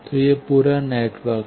तो यह पूरा नेटवर्क है